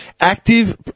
Active